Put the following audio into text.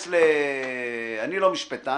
אני לא משפטן,